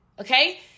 Okay